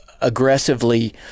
aggressively